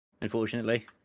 unfortunately